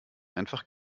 einfach